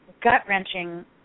gut-wrenching